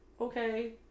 okay